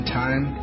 time